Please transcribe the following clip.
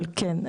אבל כן,